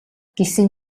гэсэн